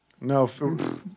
no